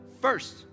first